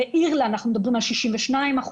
באירלנד 62%,